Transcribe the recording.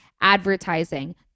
advertising